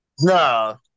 No